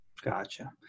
gotcha